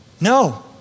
No